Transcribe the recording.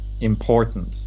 important